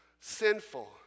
Sinful